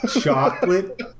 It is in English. Chocolate